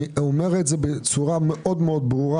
ואני אומר את זה בצורה מאוד ברורה.